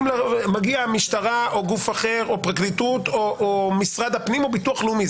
מגיעה המשטרה או גוף אחר או פרקליטות או משרד הפנים או ביטוח לאומי,